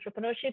entrepreneurship